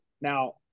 now